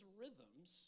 rhythms